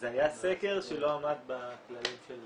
זה היה סקר שלא עמד בכללים של